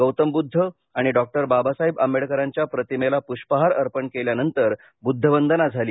गौतमब्रद्ध आणि डॉक्टर बाबासाहेब आंबेडकरांच्या प्रतिमेला पृष्पहार अर्पण केल्यानंतर वुद्धवंदना झाली